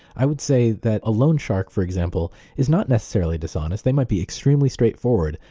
i would say that a lone shark, for example, is not necessarily dishonest. they might be extremely straightforward.